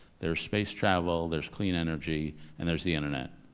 there's space travel, there's clean energy, and there's the internet.